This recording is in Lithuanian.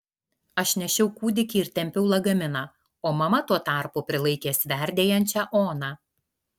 aš nešiau kūdikį ir tempiau lagaminą o mama tuo tarpu prilaikė sverdėjančią oną